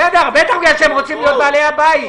בטח, בגלל שהם רוצים להיות בעלי הבית.